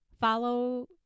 follow